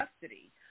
custody